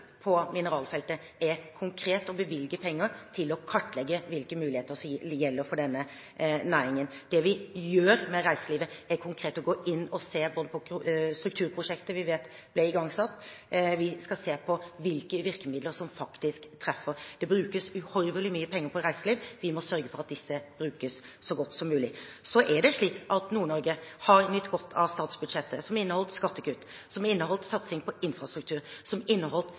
på mineralfeltet, er konkret å bevilge penger til å kartlegge hvilke muligheter som gjelder for denne næringen. Det vi gjør med reiselivet, er konkret å gå inn og se både på strukturprosjektet vi vet ble igangsatt, og på hvilke virkemidler som faktisk treffer. Det brukes uhorvelig mye penger på reiseliv, og vi må sørge for at disse brukes så godt som mulig. Nord-Norge har nytt godt av statsbudsjettet, som inneholdt skattekutt, som inneholdt satsing på infrastruktur, som inneholdt